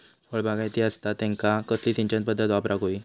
फळबागायती असता त्यांका कसली सिंचन पदधत वापराक होई?